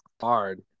hard